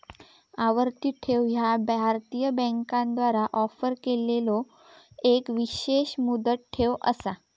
आवर्ती ठेव ह्या भारतीय बँकांद्वारा ऑफर केलेलो एक विशेष मुदत ठेव असा